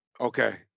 okay